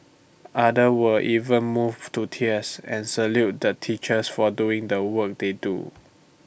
others were even moved to tears and saluted the teachers for doing the work they do